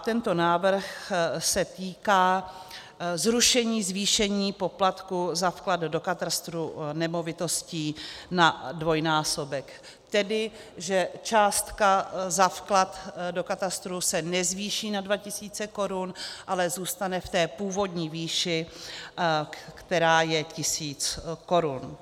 Tento návrh se týká zrušení zvýšení poplatků za vklad do katastru nemovitostí na dvojnásobek, tedy že částka za vklad do katastru se nezvýší na 2 tisíce korun, ale zůstane v té původní výši, která je tisíc korun.